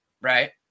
Right